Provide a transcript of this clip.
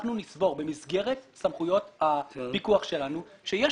שאנחנו נסבור במסגרת סמכויות הפיקוח שלנו שיש